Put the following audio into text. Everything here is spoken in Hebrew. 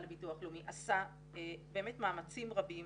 לביטוח לאומי עשה באמת מאמצים רבים